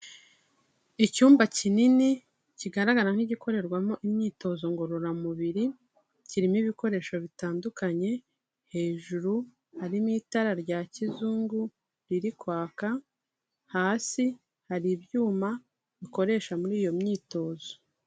Icyumba kinini kigaragara nk'igikorerwamo imyitozo ngororamubiri kirimo ibikoresho bitandukanye hejuru harimo itara rya kizungu riri kwaka hasi hari ibyuma bikoresha muri iyo myitozo.